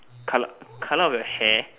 coloured colour of your hair